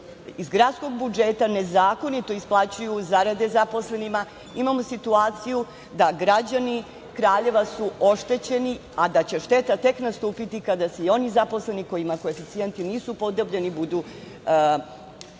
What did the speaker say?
iz gradskog budžeta nezakonito isplaćuju zarade zaposlenima. Imamo situaciju da su građani Kraljeva oštećeni, a da će šteta tek nastupiti kada se i oni zaposleni kojima koeficijenti nisu upodobljeni budu odlučili